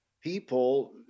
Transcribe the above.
people